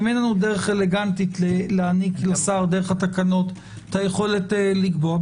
אם אין לנו דרך אלגנטית להעניק לשר דרך התקנות את היכולת לקבוע,